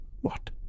What